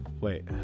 Wait